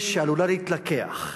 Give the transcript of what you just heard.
אש שעלולה להתלקח.